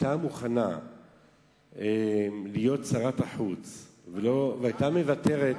היתה מוכנה להיות שרת החוץ והיתה מוותרת,